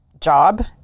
job